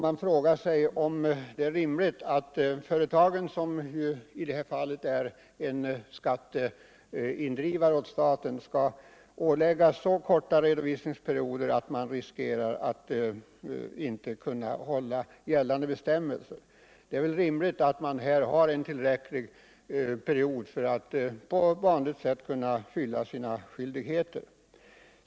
Man frågar sig om det är rimligt att företagen, som i det här fallet är skatteindrivare åt staten, skall åläggas så korta redovisningsperioder att de riskerar att inte efterleva gällande bestämmelser. Det är väl rimligt att man här ger en tillräckligt lång period för att på vanligt sätt kunna fullgöra sina skyldigheter.